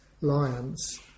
lions